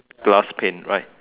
glass panes right